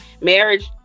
marriage